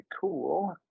cool